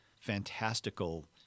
fantastical